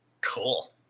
Cool